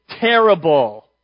terrible